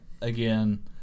again